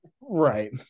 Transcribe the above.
right